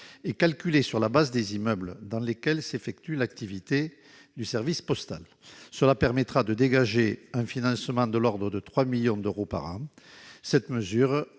et calculé sur la base de la valeur des immeubles dans lesquels s'effectue l'activité du service postal. Cette mesure permettra de dégager un financement de l'ordre de 3 millions d'euros par an. Elle sera